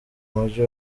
muji